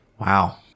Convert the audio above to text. Wow